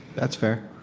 that's fair.